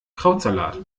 krautsalat